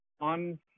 on